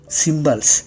symbols